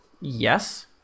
yes